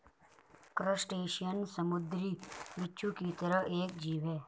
crustacean समुंद्री बिच्छू की तरह एक जीव है